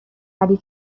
ولی